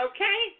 Okay